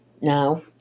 now